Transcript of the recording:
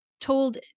told